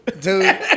Dude